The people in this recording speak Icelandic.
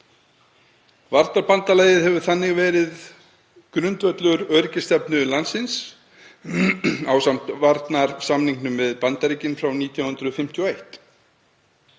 Varnarbandalagið hefur þannig verið grundvöllur öryggisstefnu landsins ásamt varnarsamningnum við Bandaríkin frá 1951.